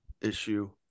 issue